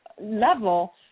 level